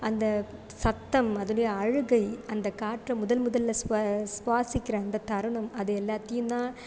அந்த சத்தம் அதுடைய அழுகை அந்த காற்றை முதல் முதலில் சுவா சுவாசிக்கிற அந்த தருணம் அது எல்லாத்தையும் தான்